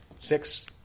six